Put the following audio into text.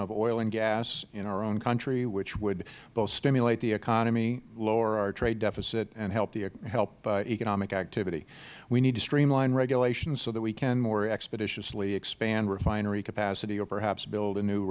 of oil and gas in our own country which would both stimulate the economy lower our trade deficit and help economic activity we need to streamline regulations so that we can more expeditiously expand refinery capacity or perhaps build a new